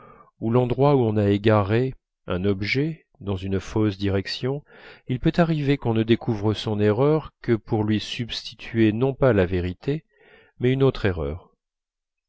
ou l'endroit où on a égaré un objet dans une fausse direction il peut arriver qu'on ne découvre son erreur que pour lui substituer non pas la vérité mais une autre erreur